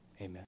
Amen